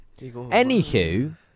anywho